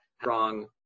strong